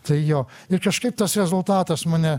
tai jo ir kažkaip tas rezultatas mane